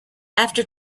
after